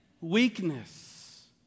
weakness